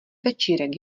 večírek